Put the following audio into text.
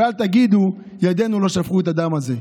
ואל תגידו: ידינו לא שפכו את הדם הזה,